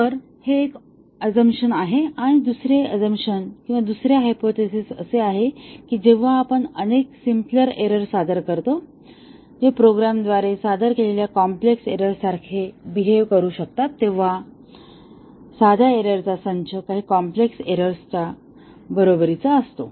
तर हे एक ऑझमशन आहे आणि दुसरे ऑझमशन किंवा दुसरे हायपोथेसिस असे आहे की जेव्हा आपण अनेक सिम्पलएरर सादर करतो जे प्रोग्रामरद्वारे सादर केलेल्या कॉम्प्लेक्स एरर सारखे वागू शकतात तेव्हा साध्याएरर चा संच काही कॉम्प्लेक्स एर्रोरच्या बरोबरीचा असतो